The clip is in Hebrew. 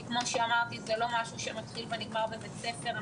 כי, כאמור, זה לא משהו שמתחיל ונגמר בבית הספר.